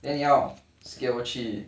then 要 skill 去